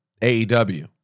AEW